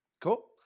Cool